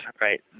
right